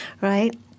Right